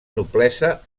noblesa